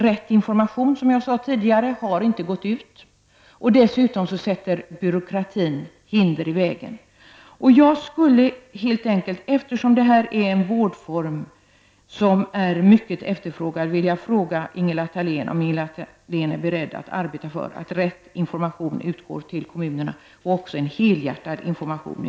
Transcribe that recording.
Rätt information har, som jag sade tidigare, inte gått ut dessutom har byråkratin satt hinder i vägen. Jag skulle helt enkelt, eftersom detta är en vårdform som är mycket efterfrågad, fråga Ingela Thalén om hon är beredd att arbeta för att rätt information utgår till kommunerna, en helhjärtad information.